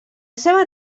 seva